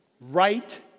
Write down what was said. Right